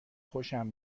خوشم